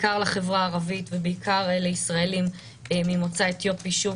בעיקר לחברה הערבית ובעיקר לישראלים ממוצא אתיופי; שוב,